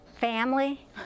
family